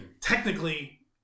technically